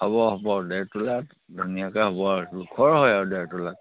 হ'ব হ'ব ডেৰ তোলাত ধুনীয়াকৈ হ'ব আৰু জোখৰ হয় আৰু ডেৰ তুলাত